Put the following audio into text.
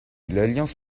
l’alliance